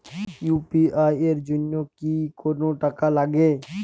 UPI এর জন্য কি কোনো টাকা লাগে?